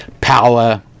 power